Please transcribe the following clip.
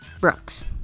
Brooks